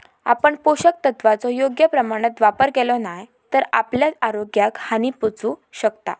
आपण पोषक तत्वांचो योग्य प्रमाणात वापर केलो नाय तर आपल्या आरोग्याक हानी पोहचू शकता